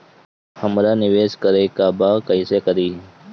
हमरा निवेश करे के बा कईसे करी?